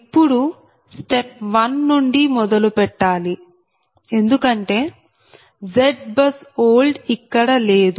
ఇప్పుడు స్టెప్ 1 నుండి మొదలు పెట్టాలి ఎందుకంటే ZBUSOLD ఇక్కడ లేదు